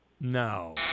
No